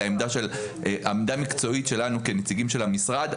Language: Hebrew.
אלא היא עמדה מקצועית לנו כנציגים של המשרד.